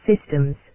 Systems